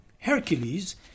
Hercules